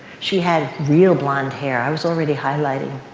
she had real blonde hair. i was already highlighting.